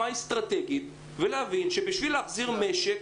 אסטרטגית ולהבין שבשביל להחזיר את המשק,